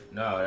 no